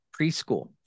preschool